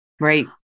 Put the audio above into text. right